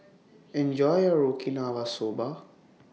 Enjoy your Okinawa Soba